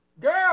Girl